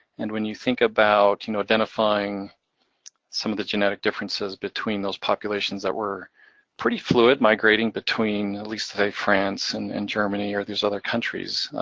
and when you think about you know identifying some of the genetic differences between those populations that were pretty fluid migrating between at least today france, and and germany, or these other countries.